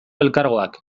elkargoak